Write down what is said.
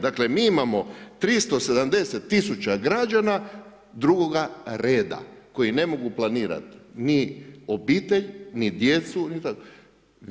Dakle mi imamo 370 000 građana drugoga reda koji ne mogu planirat ni obitelj, ni djecu, ni tako.